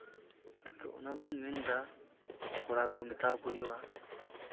ᱛᱚ ᱚᱱᱟᱜᱤᱧ ᱢᱮᱱᱫᱟ ᱠᱚᱲᱟ ᱠᱚ ᱢᱮᱛᱟᱣ ᱠᱚ ᱦᱩᱭᱩᱜᱼᱟ